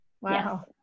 Wow